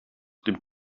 dem